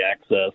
access